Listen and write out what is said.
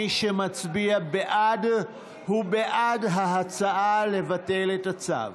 מי שמצביע בעד הוא בעד ההצעה לבטל את הצו.